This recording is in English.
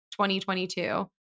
2022